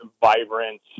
vibrant